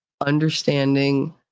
understanding